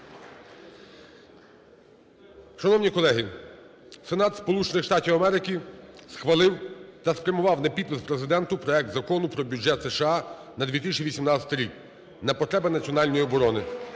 Штатів Америки схвалив та спрямував на підпис Президенту проект Закону про Бюджет США на 2018 рік, на потреби національної оборони,